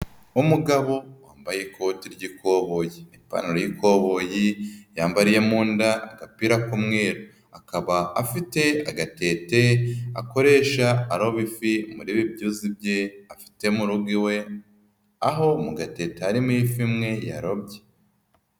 Umugabo wambaye ikoti ry'ikoboyi n'ipantaro y'ikoboyi, yambariye mu nda agapira k'umweru, akaba afite agatete akoresha aroba ifi muri ibi byuzu bye afite mu rugo iwe, aho mu gatete harimo ifi imwe yarobye.